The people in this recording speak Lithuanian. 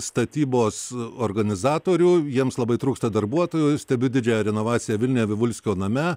statybos organizatorių jiems labai trūksta darbuotojų stebiu didžiąją renovaciją vilniuje vivulskio name